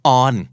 on